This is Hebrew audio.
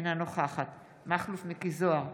אינה נוכחת מכלוף מיקי זוהר,